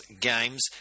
games